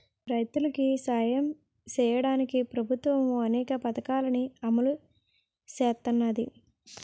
రైతులికి సాయం సెయ్యడానికి ప్రభుత్వము అనేక పథకాలని అమలు సేత్తన్నాది